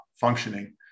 functioning